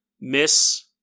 Miss